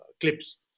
clips